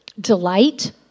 Delight